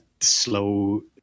slow